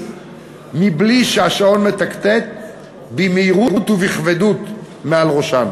ובלי שהשעון מתקתק במהירות ובכבדות מעל ראשן.